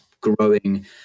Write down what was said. growing